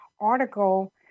article